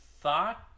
thought